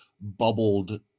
bubbled